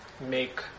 make